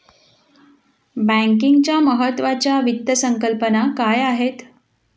बँकिंगच्या महत्त्वाच्या वित्त संकल्पना काय आहेत?